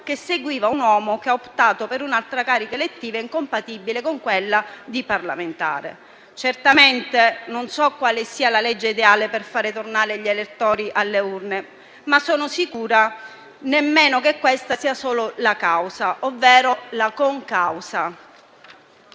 che seguiva un uomo che ha optato per un'altra carica elettiva incompatibile con quella di parlamentare. Non so quale sia la legge ideale per far tornare gli elettori alle urne, ma non sono nemmeno sicura che questa sia solo la causa, ovvero la concausa.